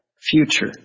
future